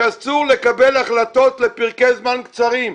שאסור לקבל החלטות לפרקי זמן קצרים.